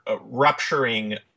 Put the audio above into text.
rupturing